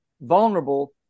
vulnerable